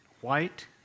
White